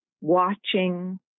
watching